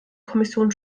kommission